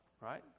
right